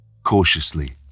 Cautiously